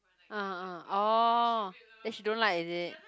ah ah orh then she don't like is it